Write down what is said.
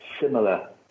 similar